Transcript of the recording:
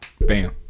Bam